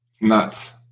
nuts